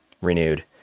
renewed